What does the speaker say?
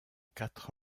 quatre